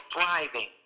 thriving